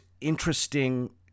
interesting